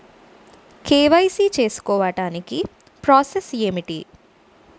KYC చేసుకోవటానికి process ఏంటి?